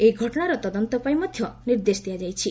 ଏହି ଘଟଣାର ତଦନ୍ତ ପାଇଁ ମଧ୍ୟ ନିର୍ଦ୍ଦେଶ ଦିଆଯାଇଛି